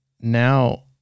now